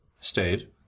stayed